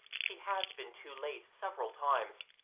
he has been too late several times,